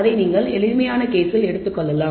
அதை நீங்கள் எளிமையான கேஸில் எடுத்துக்கொள்ளலாம்